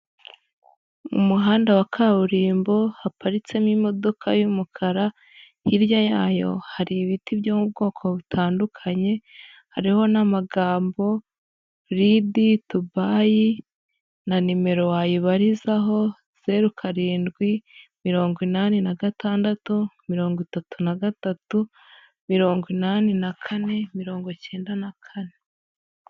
Mu muhanda wa kaburimbo haparitsemo imodoka y'umukara hirya yayo hari ibiti byo mu bwoko butandukanye, hariho n'amagambo, ridi tu bayi na nimero wayibarizaho; zeru karindwi mirongo inani na gatandatu, mirongo itatu na gatatu, mirongo inani na kane, mirongo icyenda na kane.